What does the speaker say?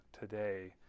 today